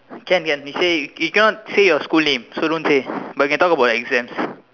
can can he say you cannot say your school name so don't say but you can talk about the exams